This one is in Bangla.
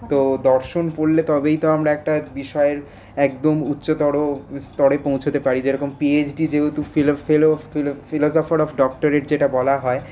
তো দর্শন পড়লে তবেই তো আমরা একটা বিষয়ের একদম উচ্চতর স্তরে পৌঁছোতে পারি যেরকম পি এইচ ডি যেহেতু fellow fellow fellow philosopher of doctorate যেটা বলা হয়